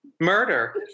Murder